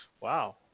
Wow